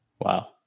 Wow